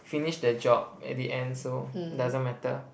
finish the job at the end so doesn't matter